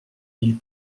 mille